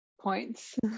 points